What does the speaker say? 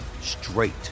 straight